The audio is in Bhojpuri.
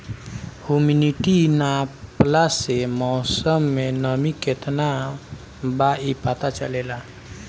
हुमिडिटी नापला से मौसम में नमी केतना बा इ पता चलेला